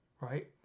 Right